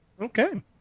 okay